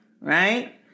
right